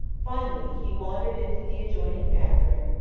finally he wandered into the adjoining bathroom,